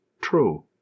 true